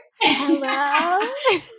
hello